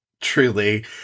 truly